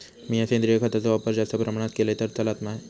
मीया सेंद्रिय खताचो वापर जास्त प्रमाणात केलय तर चलात काय?